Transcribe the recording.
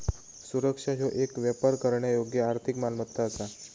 सुरक्षा ह्यो येक व्यापार करण्यायोग्य आर्थिक मालमत्ता असा